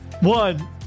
One